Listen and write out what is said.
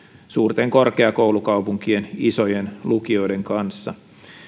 suurten korkeakoulukaupunkien isojen lukioiden kanssa